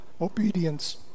Obedience